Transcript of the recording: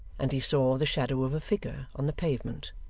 and he saw the shadow of a figure on the pavement.